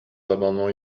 amendements